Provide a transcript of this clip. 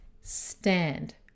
stand